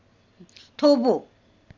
થોભો